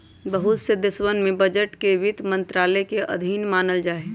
बहुत से देशवन के बजट के वित्त मन्त्रालय के अधीन मानल जाहई